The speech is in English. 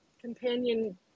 companion